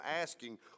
asking